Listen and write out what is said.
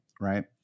Right